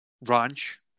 ranch